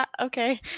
okay